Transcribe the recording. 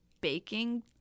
baking